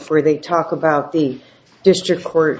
for they talk about the district court